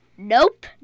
Nope